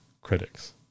critics